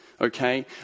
okay